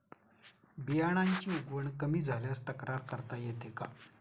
बियाण्यांची उगवण कमी झाल्यास तक्रार करता येते का?